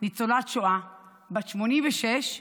ניצולת שואה בת 86,